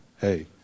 Hey